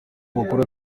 amakuru